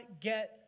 get